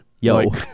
yo